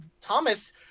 Thomas